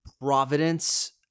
Providence